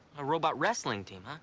a robot wrestling team, huh?